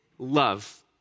love